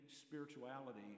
spirituality